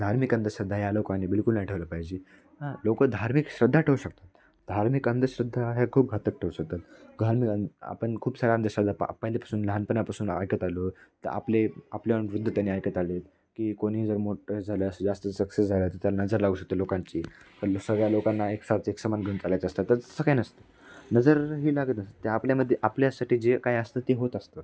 धार्मिक अंधश्रद्धा या लोकांनी बिलकुल नाही ठेवल्या पाहिजे हा लोक धार्मिक श्रद्धा ठेऊ शकतात धार्मिक अंधश्रद्धा या खूप घातक ठरु शकतात धार्मिक आणि आपण खूप साऱ्या अंधश्रद्धा पहिल्यापासून लहानपणापासून ऐकत आलो तर आपले आपल्याहून वृद्ध त्यांनी ऐकत आलेत की कोणी जर मोठं झालं असं जास्त सक्सेस झाला तर तर नजर लावू शकते लोकांची पण ल सगळ्या लोकांना एक स एक समान घेऊन चालायचं असतं तसं काय नसतं नजर हे लागत अस ते आपल्यामध्ये आपल्यासाठी जे काय असतं ते होत असतं